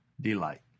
delight